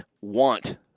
want